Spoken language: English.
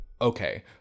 okay